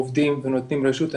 עובדים ונותנים רשות.